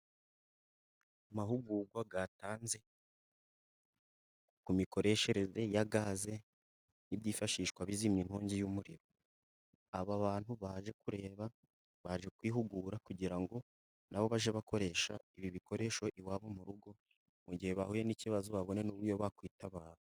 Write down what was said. Amahugurwa yatanzwe ku mikoreshereze ya gaze, n'byifashishwa bizimya inkongi y'umuriro, aba bantu baje kureba, baje kwihugura kugira ngo nabo bajye bakoresha, ibi bikoresho iwabo mu rugo mu gihe bahuye n'ikibazo babone n'uburyo bakwitabara.